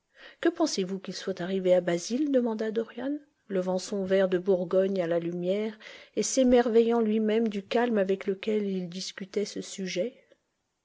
que pensez-vous qu'il soit arrivé à basil demanda dorian levant son verre de bourgogne à la lumière et s'émerveillant lui-même du calme avec lequel il discutait ce sujet